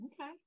Okay